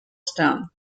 stone